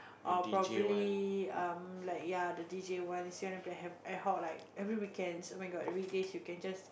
or probably um like ya the d_j ones you wanna play ad hoc every weekends oh-my-god the weekdays you can just